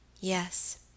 Yes